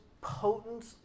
potent